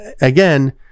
again